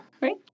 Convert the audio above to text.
right